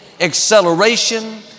Acceleration